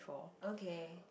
okay